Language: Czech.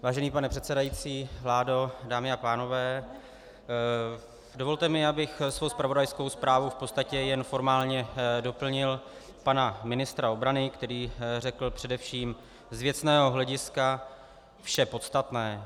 Vážený pane předsedající, vládo, dámy a pánové, dovolte mi, abych svou zpravodajskou zprávou v podstatě jen formálně doplnil pana ministra obrany, který řekl především z věcného hlediska vše podstatné.